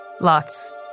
Lots